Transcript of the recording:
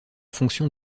fonction